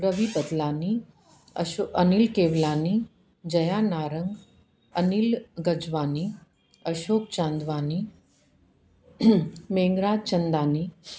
Ravi Patlani Asho Anil Kewalani Jaya Narang Anil Gajwani Ashok Chandwani Mengra Chandani